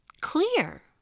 clear